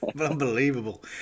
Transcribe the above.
unbelievable